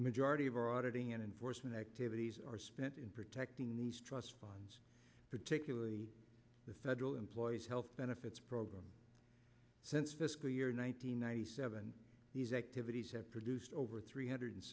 the majority of our auditing and enforcement activities are spent in protecting these trust funds particularly the federal employees health benefits program since fiscal year one nine hundred ninety seven these activities have produced over three hundred